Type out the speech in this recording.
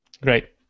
Great